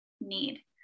need